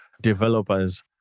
developers